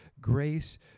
grace